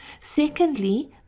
Secondly